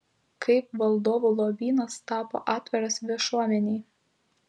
kaip valdovų lobynas tapo atviras viešuomenei